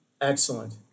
excellent